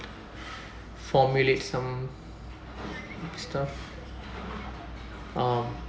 formulate some stuff um